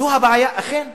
זו הבעיה, אכן.